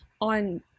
on